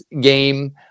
game